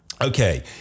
Okay